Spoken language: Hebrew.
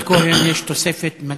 לחבר הכנסת כהן יש תוספת מתמידה.